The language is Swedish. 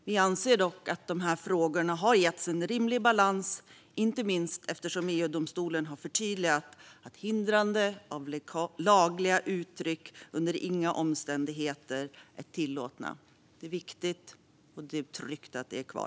Vi anser dock att dessa frågor har getts en rimlig balans, inte minst eftersom EU-domstolen har förtydligat att hindrande av lagliga uttryck under inga omständigheter är tillåtet. Det är viktigt och tryggt att detta är kvar.